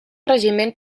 regiment